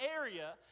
area